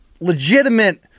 legitimate